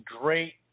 great